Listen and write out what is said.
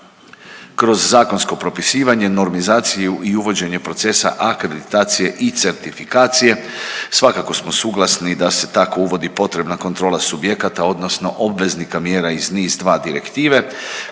kroz zakonsko propisivanje, normizaciju i uvođenje procesa akreditacije i certifikacije. Svakako smo suglasni da se tako uvodi potrebna kontrola subjekata odnosno obveznika mjera iz NIS2 direktive